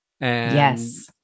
Yes